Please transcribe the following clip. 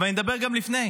אבל אני מדבר גם לפני.